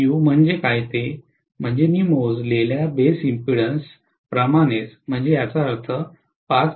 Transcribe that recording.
u म्हणजे काय ते म्हणजे मी मोजलेल्या बेस इम्पेन्डन्स प्रमाणेच म्हणजे याचा अर्थ 5